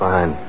Fine